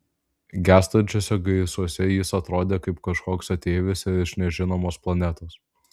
gęstančiuose gaisuose jis atrodė kaip kažkoks ateivis iš nežinomos planetos